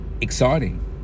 exciting